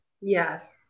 yes